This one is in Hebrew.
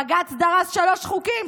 בג"ץ דרס שלושה חוקים,